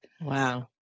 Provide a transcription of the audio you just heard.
wow